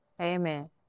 Amen